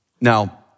Now